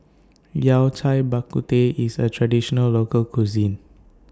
Yao Cai Bak Kut Teh IS A Traditional Local Cuisine